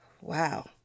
Wow